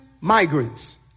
migrants